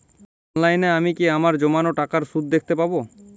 অনলাইনে আমি কি আমার জমানো টাকার সুদ দেখতে পবো?